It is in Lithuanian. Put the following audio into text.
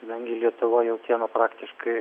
kadangi lietuva jautiena praktiškai